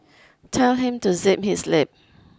tell him to zip his lip